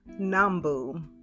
Nambu